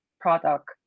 product